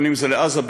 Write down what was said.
אם לעזה,